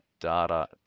Data